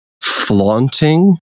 flaunting